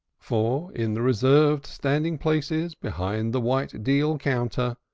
for in the reserved standing-places, behind the white deal counter,